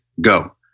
go